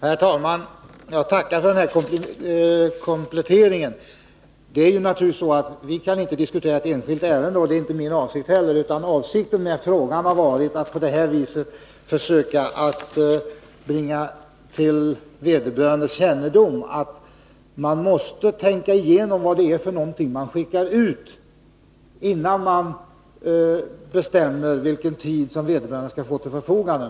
Herr talman! Jag tackar för den här kompletteringen. Vi kan naturligtvis inte diskutera ett enskilt ärende. Det är inte heller min avsikt, utan avsikten med frågan har varit att försöka bringa till riksförsäkringsverkets kännedom att man måste tänka igenom vad det är man skickar ut innan man bestämmer vilken tid som vederbörande skall få till sitt förfogande.